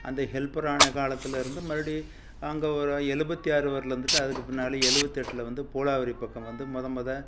அந்த ஹெல்பர் ஆன காலத்திலேருந்து மறுபடி அங்கே ஒரு எழுபத்தி ஆறு வரையில் இருந்துகிட்டு அதுக்கு பின்னால் எழுபத்தெட்டுல வந்து போலாவரி பக்கம் வந்து மொதல் மொதலா